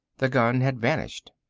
the gun had vanished.